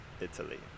italy